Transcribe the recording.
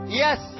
yes